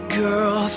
girl